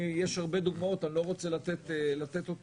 יש הרבה דוגמאות, אני לא רוצה לתת אותן.